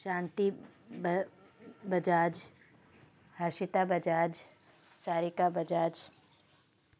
शांति ब बजाज हर्षिता बजाज सारिका बजाज